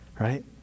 Right